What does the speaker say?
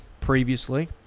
previously